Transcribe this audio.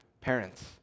parents